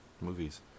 movies